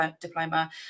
diploma